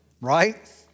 right